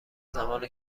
زمان